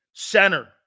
Center